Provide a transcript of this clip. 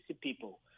people